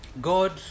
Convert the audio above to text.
God